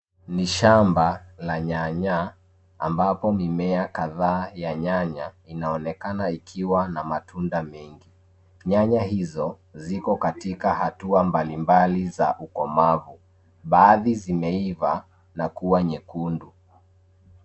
Ni shamba la nyanya ambapo mimea kadhaa ya nyanya inaonekana ikiwa na matunda mengi. Nyanya hizo ziko katika hatua mbalimbali za ukomavu. Baadhi zimeiva na kuwa nyekundu.